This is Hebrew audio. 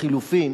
לחלופין